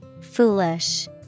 Foolish